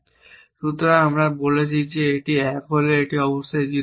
সুতরাং আমরা বলছি যে এটি 1 হলে এটি অবশ্যই 0 হবে